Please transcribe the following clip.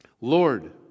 Lord